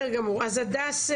הדס,